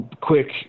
Quick